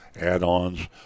add-ons